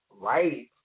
Right